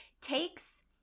takes